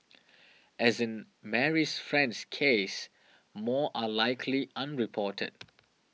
as in Marie's friend's case more are likely unreported